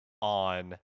on